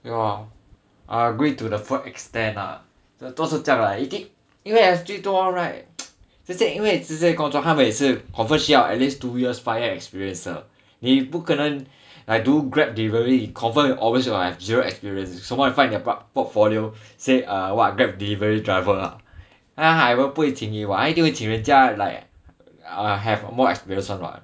yah I agreed to the full extent ah 都是这样的因为 S_G 多人 right 因为这些工作他每次都需要 at least two years prior experience 的你不可能 like do grab delivery confirm you always will have zero experience so what you find in their portfolio say uh what grab delivery driver ah 他不会请你 [what] 他一定请人家 that have more experience [one] [what]